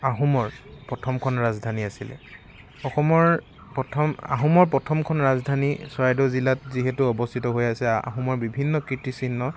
আহোমৰ প্ৰথমখন ৰাজধানী আছিল অসমৰ প্ৰথম আহোমৰ প্ৰথমখন ৰাজধানী চৰাইদেউ জিলাত যিহেতু অৱস্থিত হৈ আছে আহোমৰ বিভিন্ন কীৰ্তিচিহ্ন